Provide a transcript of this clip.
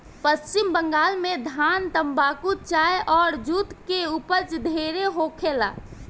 पश्चिम बंगाल में धान, तम्बाकू, चाय अउर जुट के ऊपज ढेरे होखेला